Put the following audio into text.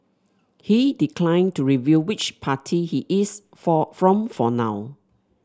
he declined to reveal which party he is for from for now